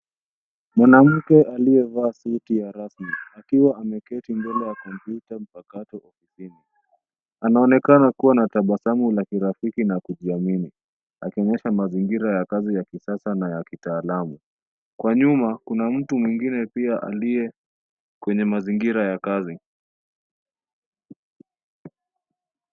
Mwanamke aliyevaa suti ya rasmi akiwa ameketi mbele ya kompyuta mpakato wa kuzima. Anaonekana kuwa na tabasmu la kirafiki na kujiamini. Akionyesha mazingira ya kazi ya kisasa na ya kitaalamu. Kwa nyuma kuna mtu mwingine pia aliye kwenye mazingira ya kazi.